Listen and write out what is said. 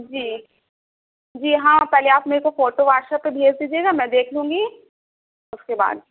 جی جی ہاں پہلے آپ میرے کو فوٹو واٹس ایپ پہ بھیج دیجیے گا میں دیکھ لوں گی اس کے بعد